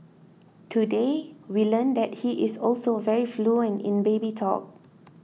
today we learned that he is also very fluent in baby talk